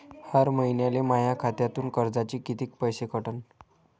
हर महिन्याले माह्या खात्यातून कर्जाचे कितीक पैसे कटन?